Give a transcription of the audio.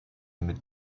mit